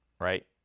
right